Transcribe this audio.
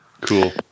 Cool